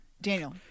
daniel